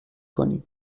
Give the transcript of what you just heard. کنی